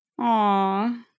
Aww